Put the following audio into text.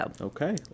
Okay